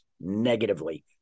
negatively